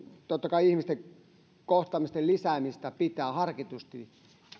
totta kai ihmisten kohtaamisten lisäämistä pitää harkitusti